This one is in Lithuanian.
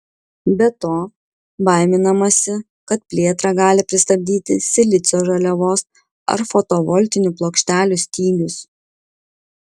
be to baiminamasi kad plėtrą gali pristabdyti silicio žaliavos ar fotovoltinių plokštelių stygius